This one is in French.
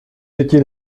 étiez